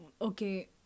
okay